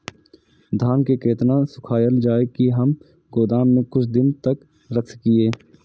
धान के केतना सुखायल जाय की हम गोदाम में कुछ दिन तक रख सकिए?